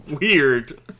weird